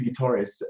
guitarist